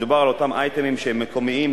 מדובר על אותם אייטמים שהם מקומיים,